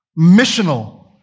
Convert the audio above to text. missional